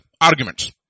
Arguments